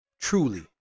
truly